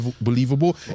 believable